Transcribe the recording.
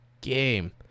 game